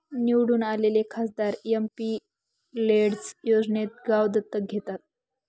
निवडून आलेले खासदार एमपिलेड्स योजनेत गाव दत्तक घेतात